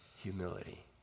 humility